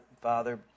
father